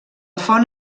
font